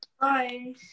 Bye